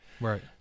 Right